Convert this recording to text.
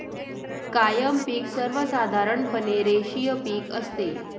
कायम पिक सर्वसाधारणपणे रेषीय पिक असते